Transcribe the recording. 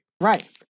right